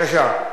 בבקשה.